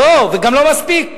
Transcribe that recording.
וגם לא מספיק.